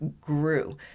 grew